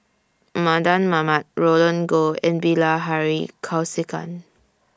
Mardan Mamat Roland Goh and Bilahari Kausikan